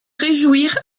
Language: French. réjouir